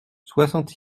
soixante